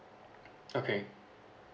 okay